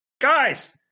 Guys